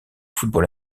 football